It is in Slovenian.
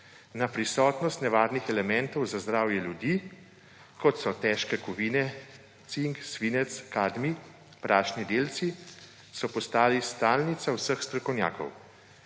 na prisotnost nevarnih elementov za zdravje ljudi, kot so težke kovine cink, svinec, kadmij, prašni delci, je postalo stalnica vseh strokovnjakov.